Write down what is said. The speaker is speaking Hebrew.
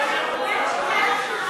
בין שנייה לשלישית, אדוני.